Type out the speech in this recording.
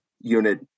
unit